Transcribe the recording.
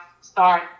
start